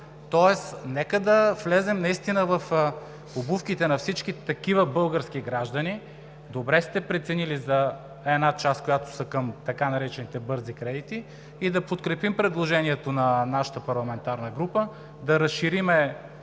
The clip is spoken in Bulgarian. Тоест нека да влезем наистина в обувките на всички такива български граждани. Добре сте преценили за една част, която е към така наречените бързи кредити, и да подкрепим предложението на нашата парламентарна група – да разширим